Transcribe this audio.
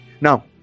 Now